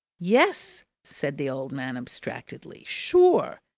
yes, said the old man abstractedly. sure!